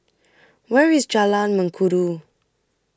Where IS Jalan Mengkudu